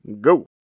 go